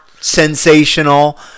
sensational